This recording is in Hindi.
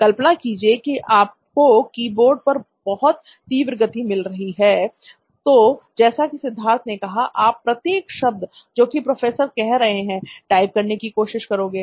कल्पना कीजिए कि आपको कीबोर्ड पर बहुत तीव्र गति मिल रही है तो जैसा कि सिद्धार्थ ने कहा आप प्रत्येक शब्द जो कि प्रोसेसर कह रहे हैं टाइप करने की कोशिश करोगे